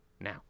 now